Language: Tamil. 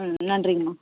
ம் நன்றிங்கம்மா